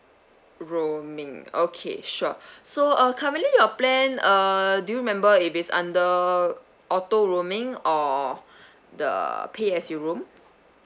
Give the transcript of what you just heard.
roaming okay sure so uh currently your plan uh do you remember if it's under auto roaming or the pay as you roam